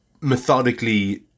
methodically